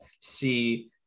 see